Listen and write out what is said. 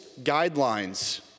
guidelines